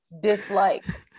dislike